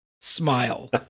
smile